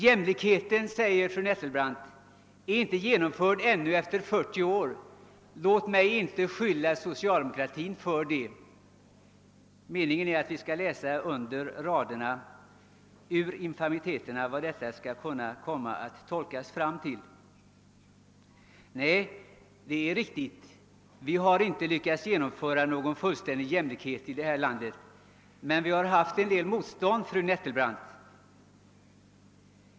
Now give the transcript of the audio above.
Jämlikheten är inte genomförd ännu efter 40 år, men låt mig inte skylla socialdemokratin för det, säger fru Nettelbrandt. Meningen är att vi skall läsa mellan raderna de infamiteter som kan tolkas fram. Nej, det är riktigt: vi har inte lyckats genomföra någon fullständig jämlikhet i det här landet, men vi har mött en del motstånd, fru Nettelbrandt.